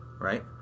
Right